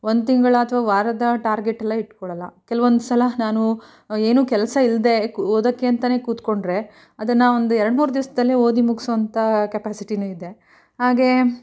ಒಂದು ತಿಂಗಳು ಅಥವಾ ವಾರದ ಟಾರ್ಗೆಟೆಲ್ಲ ಇಟ್ಕೊಳೊಲ್ಲ ಕೆಲವೊಂದು ಸಲ ನಾನು ಏನೂ ಕೆಲಸ ಇಲ್ಲದೇ ಓದೋಕ್ಕೆ ಅಂತಾನೇ ಕೂತ್ಕೊಂಡರೆ ಅದನ್ನು ಒಂದು ಎರಡು ಮೂರು ದಿವ್ಸದಲ್ಲಿ ಓದಿ ಮುಗ್ಸೋವಂಥ ಕೆಪಾಸಿಟಿನೂ ಇದೆ ಹಾಗೆ